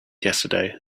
yesterday